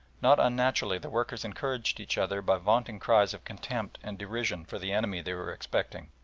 not unnaturally the workers encouraged each other by vaunting cries of contempt and derision for the enemy they were expecting,